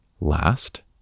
Last